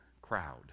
crowd